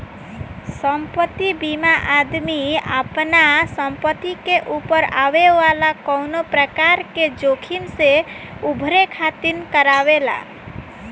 संपत्ति बीमा आदमी आपना संपत्ति के ऊपर आवे वाला कवनो प्रकार के जोखिम से उभरे खातिर करावेला